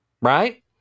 Right